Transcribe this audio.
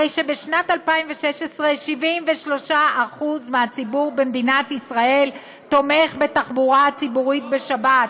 הרי שבשנת 2016 73% מהציבור במדינת ישראל תומכים בתחבורה ציבורית בשבת,